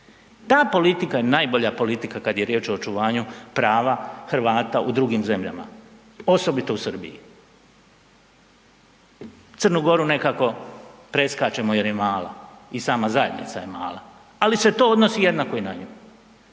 Ta politika je najbolja politika kad je riječ o očuvanju prava Hrvata u drugim zemljama, osobito u Srbiji. Crnu Goru nekako preskačemo jer je mala i sama zajednica je mala, ali se to odnosi jednako i na nju